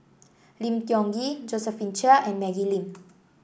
Lim Tiong Ghee Josephine Chia and Maggie Lim